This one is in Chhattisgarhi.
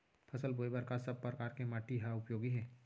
फसल बोए बर का सब परकार के माटी हा उपयोगी हे?